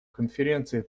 конференции